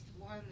one